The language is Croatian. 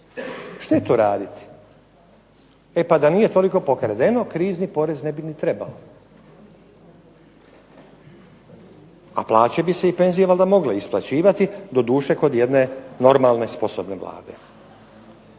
štetu raditi. E pa da nije toliko pokradeno krizni porez ne bi ni trebao. A plaće bi se i penzije valjda mogle isplaćivati, doduše kod jedne normalne, sposobne Vlade.